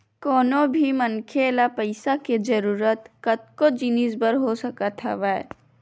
कोनो भी मनखे ल पइसा के जरुरत कतको जिनिस बर हो सकत हवय